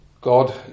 God